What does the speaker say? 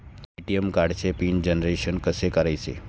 ATM कार्डचे pin generation कसे करायचे?